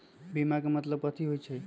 बीमा के मतलब कथी होई छई?